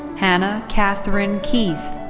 hannah catherine keith.